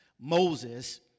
Moses